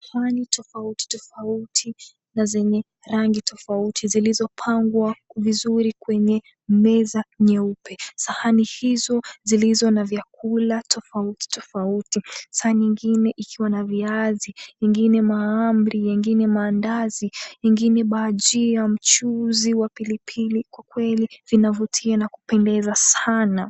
Sahani tofauti tofauti na zenye rangi tofauti zilizopangwa vizuri kwenye meza nyeupe. Sahani hizo zilizona vyakula tofauti tofauti. Sahani nyingine ikiwa na viazi, nyingine mahamri, nyingine mandazi, nyingine bajia, mchuzi wa pilipili, kwa kweli vinavutia na kupendeza sana.